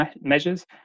measures